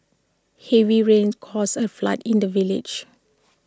heavy rains caused A flood in the village